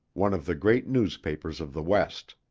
one of the great newspapers of the west.